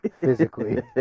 Physically